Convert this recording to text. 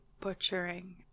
butchering